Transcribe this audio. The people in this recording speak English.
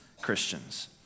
Christians